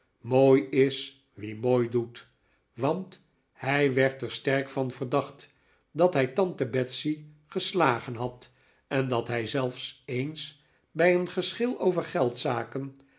mooi is wie mooi doet want hij werd er sterk van verdacht dat hij tante betsey geslagen had en dat hij zelfs eens bij een geschil over